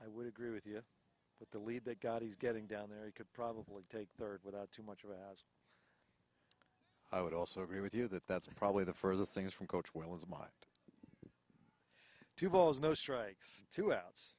i would agree with you but the lead that got he's getting down there you could probably take third without too much of it i would also agree with you that that's probably the further things from coach well as my two balls no strikes two outs